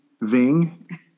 Ving